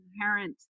inherent